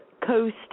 Coast